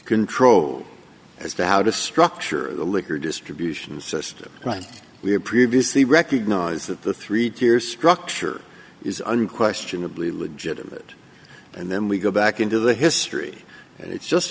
control as to how to structure the liquor distribution system right we have previously recognized that the three tier structure is unquestionably legitimate and then we go back into the history it's just